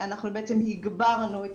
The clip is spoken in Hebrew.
אנחנו בצעם הגברנו את